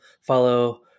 follow